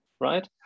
right